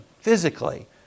physically